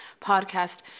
podcast